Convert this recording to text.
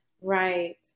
right